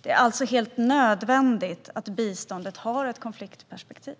Det är alltså helt nödvändigt att biståndet har ett konfliktperspektiv.